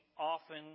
often